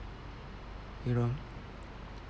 you know